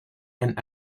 and